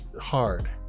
hard